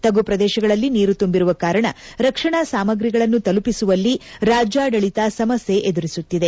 ತಗ್ಗು ಪ್ರದೇಶಗಳಲ್ಲಿ ನೀರು ತುಂಬಿರುವ ಕಾರಣ ರಕ್ಷಣಾ ಸಾಮಗಿಗಳನ್ನು ತಲುಪಿಸುವಲ್ಲಿ ರಾಜ್ವಾಡಳಿತ ಸಮಸ್ಯೆ ಎದುರಿಸುತ್ತಿದೆ